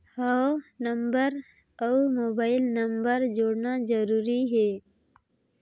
हव नंबर अउ mobile number जोड़ना जरूरी हे?